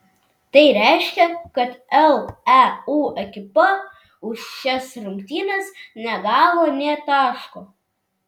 tai reiškia kad leu ekipa už šias rungtynes negavo nė taško